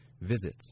visit